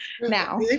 now